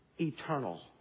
eternal